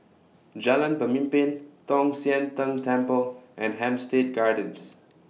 Jalan Pemimpin Tong Sian Tng Temple and Hampstead Gardens